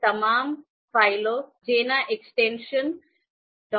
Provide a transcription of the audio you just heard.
આપણે તમામ ફાઈલો જેના એક્સ્ટેંશનની